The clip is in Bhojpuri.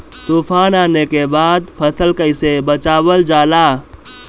तुफान आने के बाद फसल कैसे बचावल जाला?